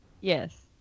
Yes